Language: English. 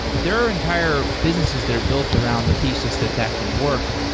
there are entire businesses that are built around the thesis that that can work,